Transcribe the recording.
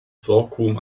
sorghum